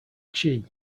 chi